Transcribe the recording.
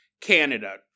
Canada